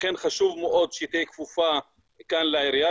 לכן חשוב מאוד שהיא תהיה כפופה כאן לעירייה.